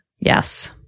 Yes